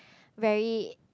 very